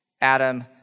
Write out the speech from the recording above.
Adam